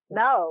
no